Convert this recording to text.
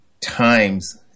times